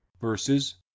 Verses